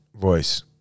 voice